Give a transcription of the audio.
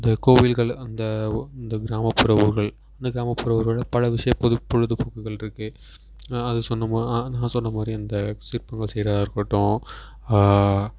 இந்த கோவில்கள் அந்த ஊ இந்த கிராமப்புற ஊர்கள் இந்த கிராமப்புற ஊர்களில் பல விஷயம் பொது பொழுதுபோக்குகள் இருக்குது அது சொன்னமா நான் சொன்னமாதிரி அந்த சிற்பங்கள் செய்கிறதா இருக்கட்டும்